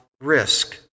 risk